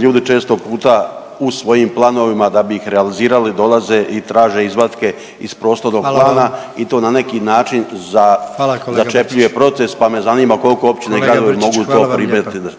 ljudi često puta u svojim planovima da bi ih realizirali dolaze i traže izvatke iz prostornog plana …/Upadica: Hvala vam./… i to ne neki način za …/Upadica: